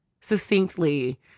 succinctly